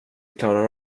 klarar